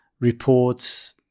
reports